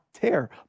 tear